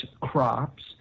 crops